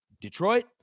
Detroit